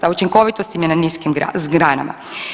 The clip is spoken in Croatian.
A učinkovitost im je na niskim granama.